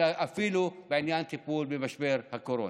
אלא אפילו בעניין הטיפול במשבר הקורונה.